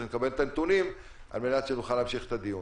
לקבל את הנתונים על מנת שנוכל להמשיך את הדיון.